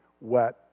wet